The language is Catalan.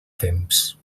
temps